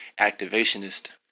activationist